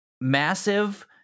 Massive